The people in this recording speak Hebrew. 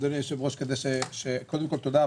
אדוני היושב-ראש קודם כל תודה,